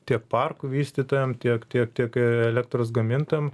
tiek parkų vystytojam tiek tiek tiek elektros gamintojam